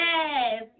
Yes